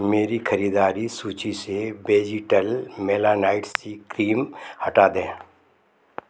मेरी ख़रीदारी सूची से वेजिटल मेलानाइट सी क्रीम हटा दें